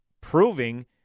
proving